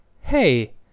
Hey